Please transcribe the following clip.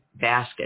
basket